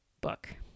book